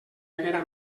haguera